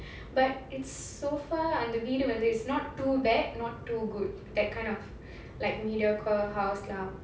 but it's so far அந்த வீடு வந்து:andha veedu vandhu it's not too bad not too good that kind of like mediocre house lah